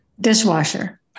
Dishwasher